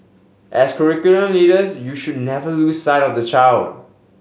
as curriculum leaders you should never lose sight of the child